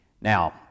Now